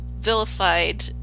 vilified